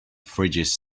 fridges